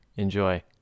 enjoy